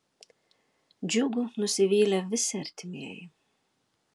džiugu nusivylė visi artimieji